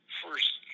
first